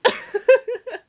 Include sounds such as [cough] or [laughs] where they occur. [laughs]